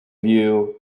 view